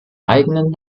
eigenen